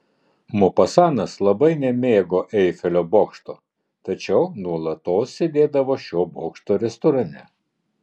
mopasanas labai nemėgo eifelio bokšto tačiau nuolatos sėdėdavo šio bokšto restorane